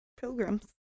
pilgrims